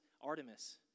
Artemis